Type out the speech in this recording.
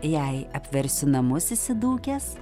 jei apversiu namus įsidūkęs